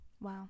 Wow